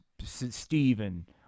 Stephen